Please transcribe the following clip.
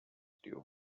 due